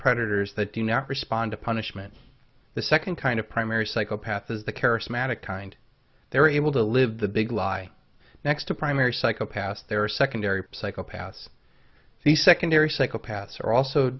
predators that do not respond to punishment the second kind of primary psychopath is the charismatic kind they're able to live the big lie next to primary psychopaths there are secondary psychopaths the secondary psychopaths are also